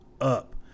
up